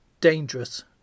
dangerous